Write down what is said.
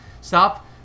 Stop